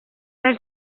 els